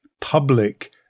public